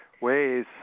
ways